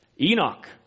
Enoch